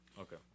Okay